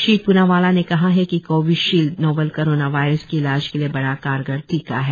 श्री प्नावाला ने कहा है कि कोविशीलड नोवेल कोरोना वायरस के इलाज के लिए बड़ा कारगर टीका है